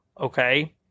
okay